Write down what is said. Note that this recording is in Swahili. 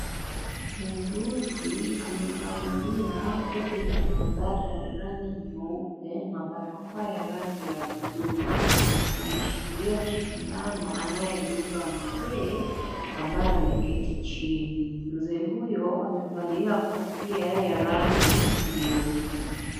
Muuguzi amevalia, koti la maabara la rangi nyeupe na barakoa ya rangi ya buluu. Ameshikilia sindano, anayemdunga mzee ambaye ameketi chini. Mzee huyo, amevalia kofia ya rangi nyeusi.